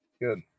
good